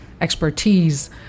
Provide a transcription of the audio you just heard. expertise